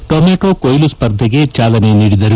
ಟೋಮಾಟ್ಲೋ ಕೊಯ್ಲು ಸ್ವರ್ಧೆಗೆ ಚಾಲನೆ ನೀಡಿದರು